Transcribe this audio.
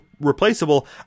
replaceable